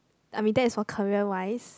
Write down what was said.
I mean that is for career wise